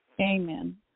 Amen